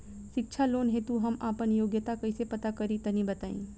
शिक्षा लोन हेतु हम आपन योग्यता कइसे पता करि तनि बताई?